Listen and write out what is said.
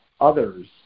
others